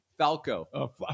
Falco